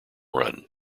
run